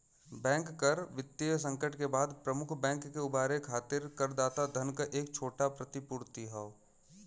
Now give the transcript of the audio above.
bank कर वित्तीय संकट के बाद प्रमुख बैंक के उबारे खातिर करदाता धन क एक छोटा प्रतिपूर्ति हौ